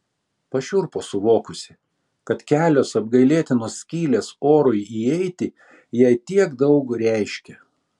pašiurpo suvokusi kad kelios apgailėtinos skylės orui įeiti jai tiek daug reiškia